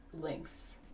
links